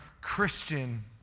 Christian